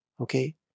okay